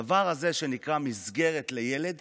הדבר הזה שנקרא "מסגרת" לילד